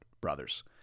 brothers